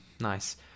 nice